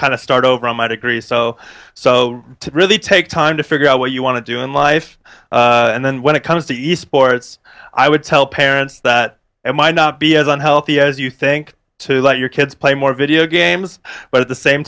kind of start over on my degree so so to really take time to figure out what you want to do in life and then when it comes to east ports i would tell parents that it might not be as unhealthy as you think to let your kids play more video games but at the same